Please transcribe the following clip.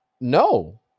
No